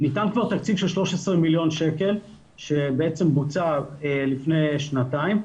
ניתן כבר תקציב של 13 מיליון שקל שבעצם בוצע לפני שנתיים.